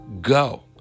go